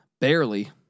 Barely